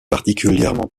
particulièrement